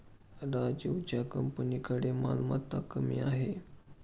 राजीवच्या कंपनीकडे मालमत्ता कमी आहे